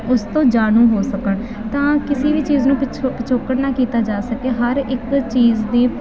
ਉਸ ਤੋਂ ਜਾਣੂ ਹੋ ਸਕਣ ਤਾਂ ਕਿਸੇ ਵੀ ਚੀਜ਼ ਨੂੰ ਪਿਛੋਕੜ ਨਾ ਕੀਤਾ ਜਾ ਸਕੇ ਹਰ ਇੱਕ ਚੀਜ਼ ਦੀ